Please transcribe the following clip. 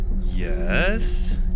Yes